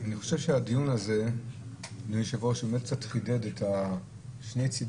אני חושב שהדיון הזה חידד את שני צדי